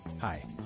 Hi